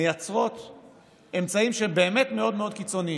מייצרים אמצעים שבאמת הם מאוד מאוד קיצוניים,